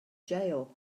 jail